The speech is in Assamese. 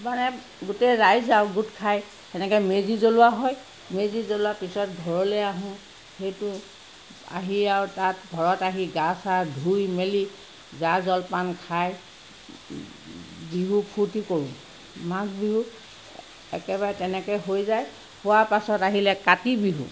মানে গোটেই ৰাইজ আৰু গোট খায় সেনেকৈ মেজি জ্বলোৱা হয় মেজি জ্বলোৱাৰ পিছত ঘৰলৈ আহোঁ সেইটো আহি আৰু তাত ঘৰত আহি গা চা ধুই মেলি জা জলপান খাই বিহু ফূৰ্ত্তি কৰোঁ মাঘ বিহু একেবাৰে তেনেকৈ হৈ যায় হোৱা পাছত আহিলে কাতি বিহু